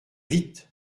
vite